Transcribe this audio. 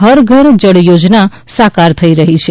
હર ઘર જળ યોજના સાકાર થઇ રહી છે